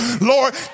Lord